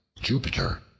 Jupiter